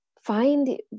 find